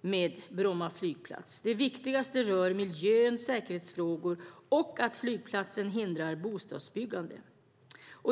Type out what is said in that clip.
med Bromma flygplats. De viktigaste rör miljön, säkerhetsfrågor och att flygplatsen hindrar bostadsbyggande.